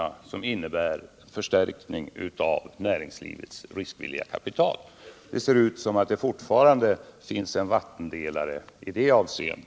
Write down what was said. Det förefaller som om detta vore en vattendelare.